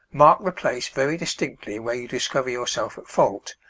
mark the place very distinctly where you discover yourself at fault,